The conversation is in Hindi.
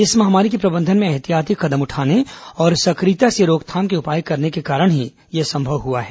इस महामारी के प्रबंधन में एहतियाती कदम उठाने और संक्रियता से रोकथाम के उपाय करने के कारण ही यह संभव हुआ है